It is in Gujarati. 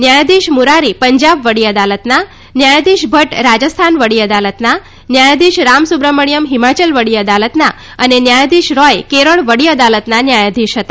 ન્યાયાધીશ મુરારી પંજાબ વડી અદાલતના ન્યાયાધીશ ભટ્ટ રાજસ્થાન વડી અદાલતના ન્યાયાધીશ રામસુબ્રમણ્યમ હિમાચલ વડી અદાલતના અને ન્યાયાધીશ રોય કેરળ વડી અદાલતના ન્યાયાધીશ હતા